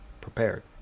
prepared